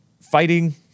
fighting